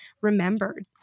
remembered